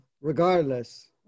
regardless